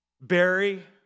Barry